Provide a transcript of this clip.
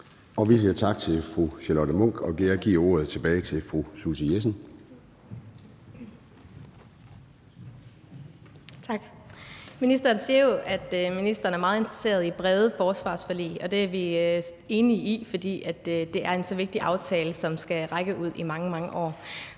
Vi siger tak til fru Charlotte Munch og giver ordet tilbage til fru Susie Jessen. Kl. 13:12 Susie Jessen (DD): Tak. Ministeren siger jo, at ministeren er meget interesseret i brede forsvarsforlig. Og det er vi enige i, fordi det er en så vigtig aftale, som skal række ud i mange, mange år.